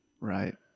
Right